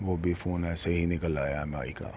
وہ بھی فون ایسے ہی نکل آیا ایم آئی کا